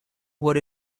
what